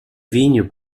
vignes